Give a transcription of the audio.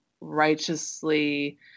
righteously